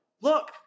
look